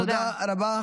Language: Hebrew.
תודה רבה.